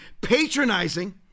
patronizing